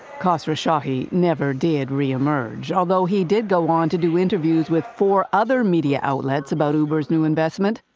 khosrowshahi never did re-emerge although he did go on to do interviews with four other media outlets about uber's new investment,